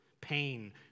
pain